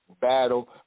battle